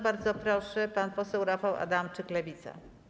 Bardzo proszę, pan poseł Rafał Adamczyk, Lewica.